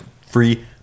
free